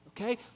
okay